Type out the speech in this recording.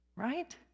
right